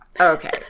okay